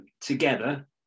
together